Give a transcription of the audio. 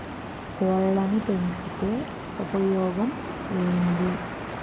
కోళ్లని పెంచితే ఉపయోగం ఏంది?